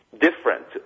different